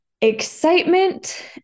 excitement